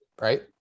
right